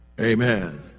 Amen